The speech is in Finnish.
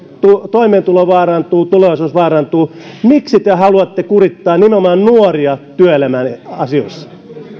toimeentulo vaarantuu tulevaisuus vaarantuu miksi te haluatte kurittaa nimenomaan nuoria työelämän asioissa